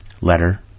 Letter